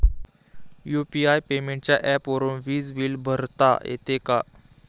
UPI पेमेंटच्या ऍपवरुन वीज बिल भरता येते का?